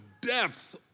depth